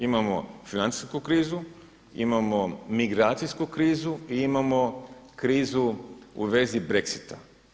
Imamo financijsku krizu, imamo migracijsku krizu i imamo krizu u vezi Brexita.